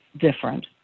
different